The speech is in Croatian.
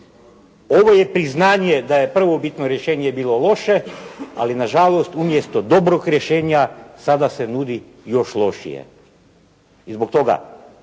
ovo je priznanje da je prvobitno rješenje bilo loše. Ali na žalost umjesto dobrog rješenja sada se nudi još lošije i zbog toga